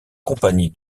compagnie